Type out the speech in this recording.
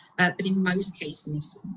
but in most cases,